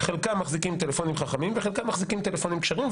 חלקם מחזיקים טלפונים חכמים וחלקם מחזיקים טלפונים כשרים,